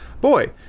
boy